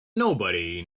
nobody